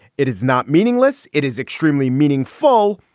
it is not meaningless. it is extremely meaningful.